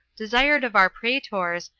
desired of our praetors,